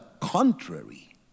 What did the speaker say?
contrary